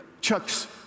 Chuck's